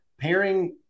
pairing